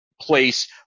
place